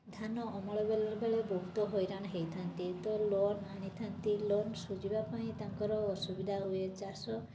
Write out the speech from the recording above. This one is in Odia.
ଧାନ ଅମଳ କଲାବେଳେ ବହୁତ ହଇରାଣ ହୋଇଥାନ୍ତି ତ ଲୋନ୍ ଆଣିଥାନ୍ତି ଲୋନ୍ ଶୁଝିବା ପାଇଁ ତାଙ୍କର ଅସୁବିଧା ହୁଏ ଚାଷ